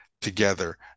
together